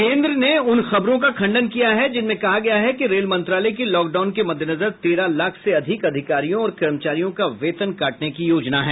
केंद्र ने उन खबरों का खंडन किया है जिनमें कहा गया है कि रेल मंत्रालय की लॉकडाउन के मद्देनजर तेरह लाख से अधिक अधिकारियों और कर्मचारियों का वेतन काटने की योजना है